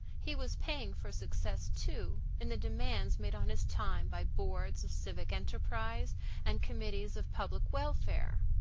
he was paying for success, too, in the demands made on his time by boards of civic enterprise and committees of public welfare.